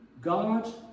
God